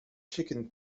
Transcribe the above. chicken